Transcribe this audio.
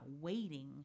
waiting